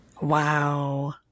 Wow